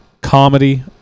comedy